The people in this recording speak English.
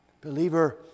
Believer